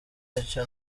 icyo